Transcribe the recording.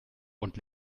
und